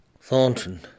Thornton